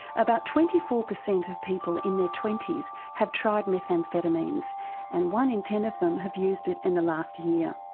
about twenty four percent of people in their twenty s have tried methamphetamines and one in ten of them have used it in the last year.